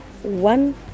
one